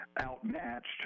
outmatched